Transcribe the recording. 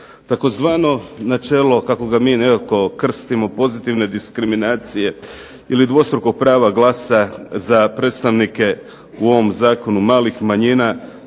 tzv. načelo kako ga mi nekako krstimo "pozitivne diskriminacije" ili dvostrukog prava glasa za predstavnike u ovom zakonu malih manjina